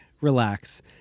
relax